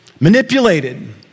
manipulated